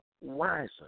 wiser